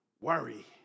Worry